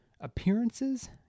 Appearances